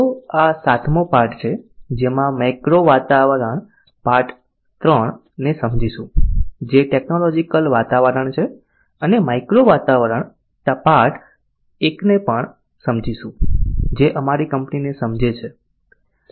તો આ 7 મો પાઠ છે જેમાં મેક્રો વાતાવરણ પાર્ટ 3 ને સમજીશું જે ટેકનોલોજીકલ વાતાવરણ છે અને માઇક્રો વાતાવરણ પાર્ટ 1 પણ સમજીશું જે અમારી કંપનીને સમજે છે